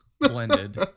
blended